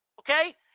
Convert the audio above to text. Okay